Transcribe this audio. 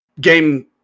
Game